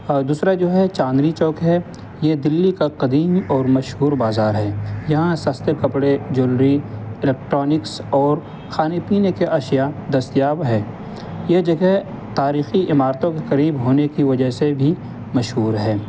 اور دوسرا جو ہے چاندنی چوک ہے یہ دہلی کا قدیم اور مشہور بازار ہے یہاں سستے کپڑے جیولری الیٹرانکس اور کھانے پینے کے اشیاء دستیاب ہے یہ جگہ تاریخی عمارتوں کے قریب ہونے کی وجہ سے بھی مشہور ہے